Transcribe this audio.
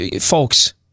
folks